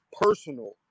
personal